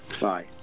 Bye